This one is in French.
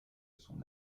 son